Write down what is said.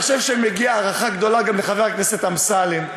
אני חושב שמגיעה הערכה גדולה גם לחבר הכנסת אמסלם,